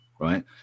right